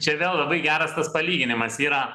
čia vėl labai geras tas palyginimas yra